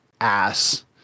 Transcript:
ass